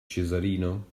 cesarino